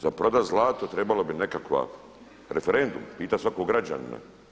Za prodat zlato trebalo bi nekakav referendum, pitat svakog građanina.